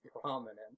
prominent